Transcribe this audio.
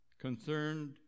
concerned